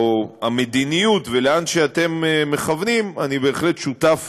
המדיניות ולאן שאתם מכוונים אני בהחלט שותף